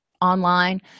online